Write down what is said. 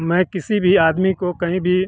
मैं किसी भी आदमी को कहीं भी